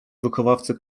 wychowawcy